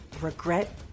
regret